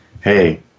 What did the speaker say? hey